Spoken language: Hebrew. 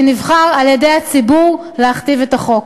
שנבחר על-ידי הציבור להכתיב את החוק.